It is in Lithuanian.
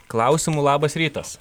klausimu labas rytas